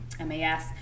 MAS